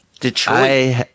Detroit